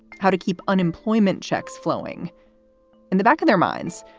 how to keep unemployment checks flowing in the back of their minds.